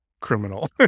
criminal